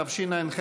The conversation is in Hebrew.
התשע"ח 2018,